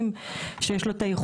נכון, אז זה תהליך